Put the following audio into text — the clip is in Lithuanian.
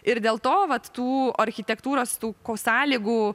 ir dėl to vat tų architektūros tų kosąlygų